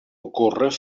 ocórrer